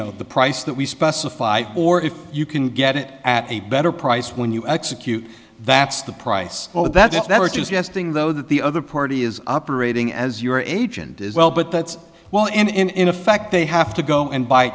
know the price that we specify or if you can get it at a better price when you execute that's the price oh that's never just yes thing though that the other party is operating as your agent as well but that's well and in effect they have to go and buy